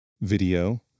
video